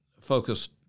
focused